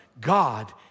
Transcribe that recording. God